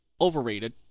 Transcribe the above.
overrated